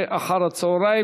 חברי הכנסת, תם סדר-היום.